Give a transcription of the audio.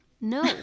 no